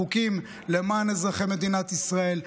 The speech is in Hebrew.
חוקים למען אזרחי מדינת ישראל,